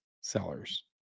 sellers